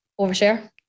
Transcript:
overshare